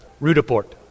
Rudaport